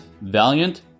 Valiant